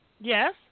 yes